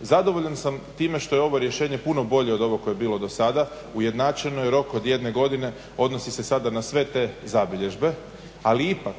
Zadovoljan sam time što je ovo rješenje puno bolje od ovog koje je bilo do sada. Ujednačeni rok od jedne godine odnosi se sada na sve te zabilježbe, ali ipak